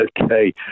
Okay